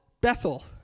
Bethel